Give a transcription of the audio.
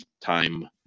time